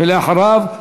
ואחריו,